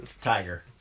Tiger